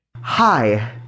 Hi